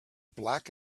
black